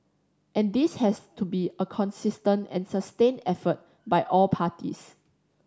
and this has to be a consistent and sustained effort by all parties